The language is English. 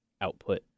output